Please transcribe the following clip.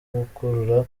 gukurura